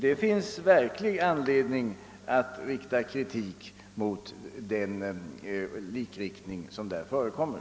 Det finns verklig anledning att rikta kritik mot den likriktning som där förekommer.